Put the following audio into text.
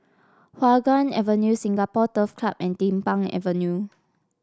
Hua Guan Avenue Singapore Turf Club and Din Pang Avenue